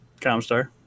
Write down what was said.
Comstar